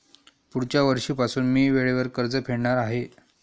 पुढच्या वर्षीपासून मी वेळेवर कर्ज फेडणार आहे